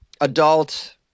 adult